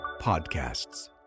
Podcasts